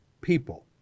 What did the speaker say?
people